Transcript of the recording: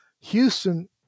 Houston